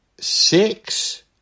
six